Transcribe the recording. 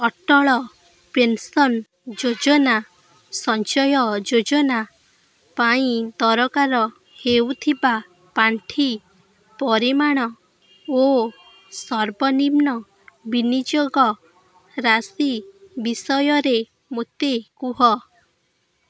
Atal pension ଯୋଜନା ସଞ୍ଚୟ ଯୋଜନା ପାଇଁ ଦରକାର ହେଉଥିବା ପାଣ୍ଠି ପରିମାଣ ଓ ସର୍ବନିମ୍ନ ବିନିଯୋଗ ରାଶି ବିଷୟରେ ମୋତେ କୁହ